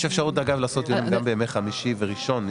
יש אפשרות לעשות דיונים גם בימי חמישי וראשון,